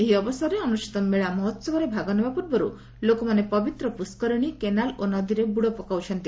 ଏହି ଅବସରରେ ଅନୁଷ୍ଠିତ ମେଳା ମହୋତ୍ସବରେ ଭାଗନେବା ପୂର୍ବରୁ ଲୋକମାନେ ପବିତ୍ର ପୁଷ୍କରିଣୀ କେନାଲ ଓ ନଦୀରେ ବୁଡ଼ ପକାଉଛନ୍ତି